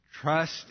Trust